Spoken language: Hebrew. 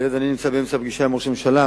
היות שאני נמצא באמצע פגישה עם ראש הממשלה,